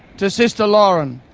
to sister lauren,